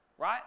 right